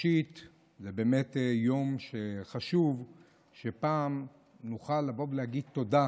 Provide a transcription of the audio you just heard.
זה יום חשוב שפעם נוכל לבוא ולהגיד תודה,